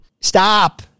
Stop